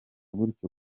gutyo